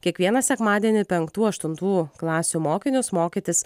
kiekvieną sekmadienį penktų aštuntų klasių mokinius mokytis